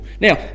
Now